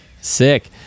Sick